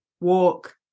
walk